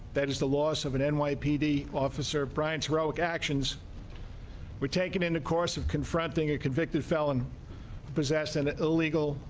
that is the loss of an an nypd officer, bryant's rogue actions were taken in the course of confronting a convicted felon possess and an illegal,